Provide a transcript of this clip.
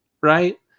right